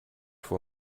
for